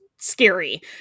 scary